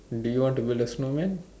do you want to build a snowman